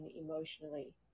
emotionally